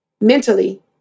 mentally